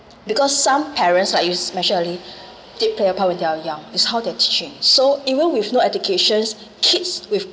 because some parents like you mention early did play a part when they are young is how they're teaching so even with no educations kids with